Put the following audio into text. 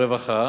הרווחה